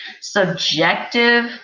subjective